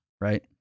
right